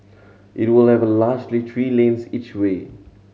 it will largely three lanes each way